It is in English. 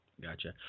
Gotcha